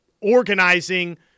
organizing